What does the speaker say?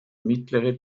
mittlere